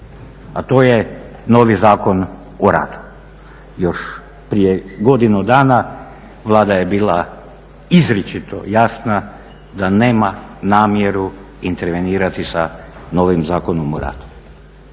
a to je novi Zakon o radu. Još prije godinu dana Vlada je bila izričito jasna da nema namjeru intervenirati sa novim Zakonom o radu.